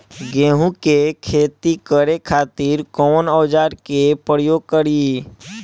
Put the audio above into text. गेहूं के खेती करे खातिर कवन औजार के प्रयोग करी?